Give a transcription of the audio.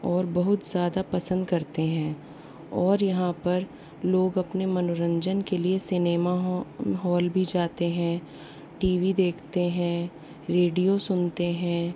और बहुत ज़्यादा पसंद करते हैं और यहाँ पर लोग अपने मनोरंजन के लिए सिनेमा हॉ हॉल भी जाते हैं टी वी देखते हैं रेडियो सुनते हैं